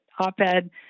op-ed